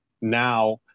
now